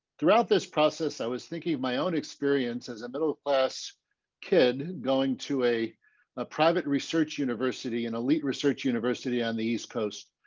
throughout this process i was thinking of my own experience as a middle class kid going to a ah private research university an elite research university on the east coast.